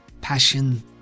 passion